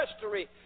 history